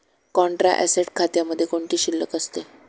Contra asset खात्यामध्ये कोणती शिल्लक असते?